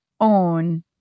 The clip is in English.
own